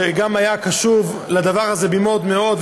שגם היה קשוב לדבר הזה במאוד מאוד,